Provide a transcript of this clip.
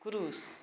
क्रूस